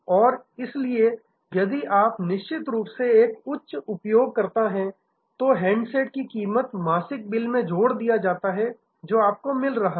और इसलिए यदि आप निश्चित रूप से एक उच्च उपयोगकर्ता हैं तो हैंडसेट की कीमत मासिक बिल में जोड़ दिया जाता है जो आपको मिल रहा है